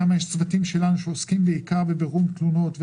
יש שם צוותים שלנו שעוסקים בבירור תלונות.